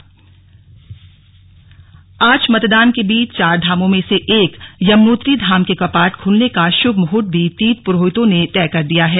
यमुनोत्री कपाट आज मतदान के बीच चारधामों में से एक यमुनोत्री धाम के कपाट खुलने का शुभ मुहूर्त भी तीर्थ पुरोहितों ने तय कर दिया है